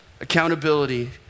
Accountability